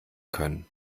können